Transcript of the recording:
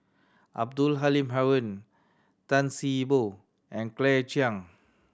Abdul Halim Haron Tan See Boo and Claire Chiang